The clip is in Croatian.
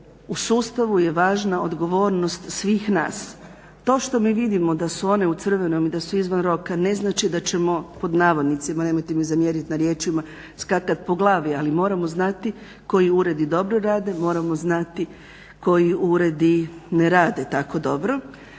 u sustavu je važna odgovornost svih nas. To što mi vidimo da su one u crvenom i da su izvan roka ne znači da ćemo pod navodnicima, nemojte mi zamjeriti na riječima, skakati po glavi. Ali moramo znati koji uredi dobro rade, moramo znati koji uredi ne rade tako dobro.